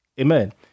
Amen